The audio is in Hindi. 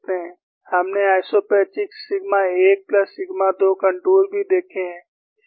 हमने isopachics sigma 1 plus sigma 2 contour भी देखे हैं